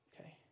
Okay